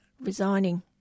resigning